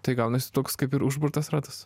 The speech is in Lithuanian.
tai gaunasi toks kaip ir užburtas ratas